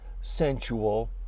sensual